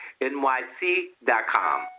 NYC.com